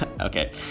okay